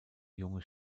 junge